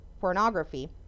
pornography